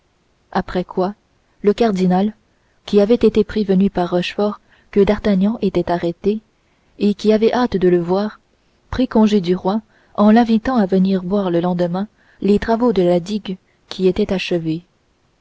après quoi le cardinal qui avait été prévenu par rochefort que d'artagnan était arrêté et qui avait hâte de le voir prit congé du roi en l'invitant à venir voir le lendemain les travaux de la digue qui étaient achevés